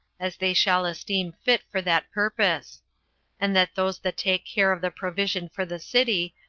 as they shall esteem fit for that purpose and that those that take care of the provision for the city,